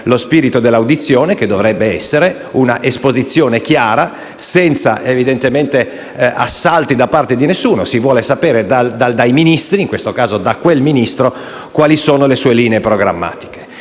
lo spirito dell'audizione, che dovrebbe essere una esposizione chiara, senza assalti da parte di nessuno: si vuole sapere dai Ministri, in questo caso da quel Ministro, quali sono le sue linee programmatiche.